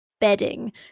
bedding